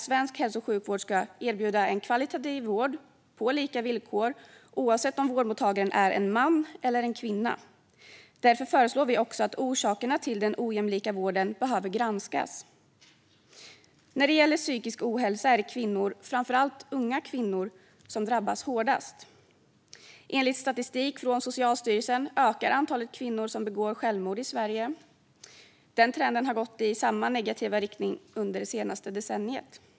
Svensk hälso och sjukvård ska erbjuda en kvalitativ vård på lika villkor oavsett om vårdmottagaren är en man eller en kvinna. Därför föreslår vi också att orsakerna till den ojämlika vården ska granskas. När det gäller psykisk ohälsa är det kvinnor - framför allt unga kvinnor - som drabbas hårdast. Enligt statistik från Socialstyrelsen ökar antalet kvinnor som begår självmord i Sverige, och detta har gått i samma negativa riktning under det senaste decenniet.